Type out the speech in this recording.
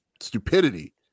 stupidity